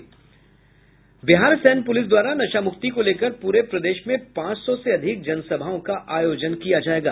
बिहार सैन्य पुलिस द्वारा नशामुक्ति को लेकर पूरे प्रदेश में पांच सौ से अधिक जनसभाओं का आयोजन किया जायेगा